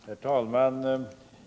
Herr talman!